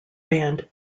band